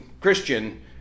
Christian